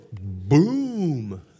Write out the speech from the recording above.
boom